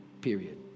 Period